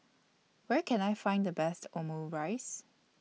Where Can I Find The Best Omurice